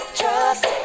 trust